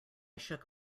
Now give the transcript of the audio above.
shook